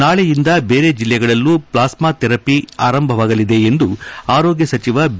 ನಾಳೆಯಿಂದ ಬೇರೆ ಜಿಲ್ಲೆಗಳಲ್ಲೂ ಪ್ಲಾಸ್ತಾ ಥೆರಪಿ ಆರಂಭವಾಗಲಿದೆ ಎಂದು ಆರೋಗ್ತ ಸಚಿವ ಬಿ